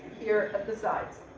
here at the sides.